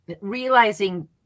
realizing